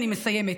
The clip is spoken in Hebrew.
אני מסיימת.